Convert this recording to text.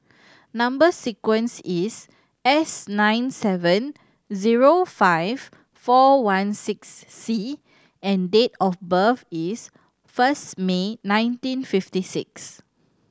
number sequence is S nine seven zero five four one six C and date of birth is first May nineteen fifty six